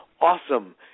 awesome